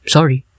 Sorry